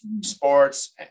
sports